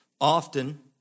Often